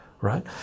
right